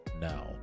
now